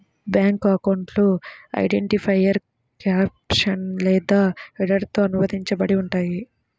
bank అకౌంట్లు identifier caption లేదా హెడర్తో అనుబంధించబడి ఉంటయ్యి